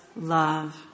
love